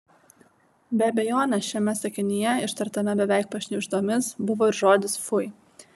be abejonės šiame sakinyje ištartame beveik pašnibždomis buvo ir žodis fui